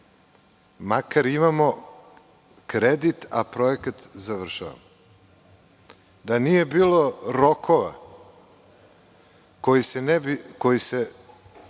Makar imamo kredit, a projekat završavamo. Da nije bilo rokova koji se,